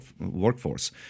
workforce